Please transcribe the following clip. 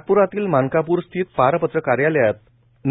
नागपूर्यतील मानकापूर स्थित पारपत्र कार्यालयात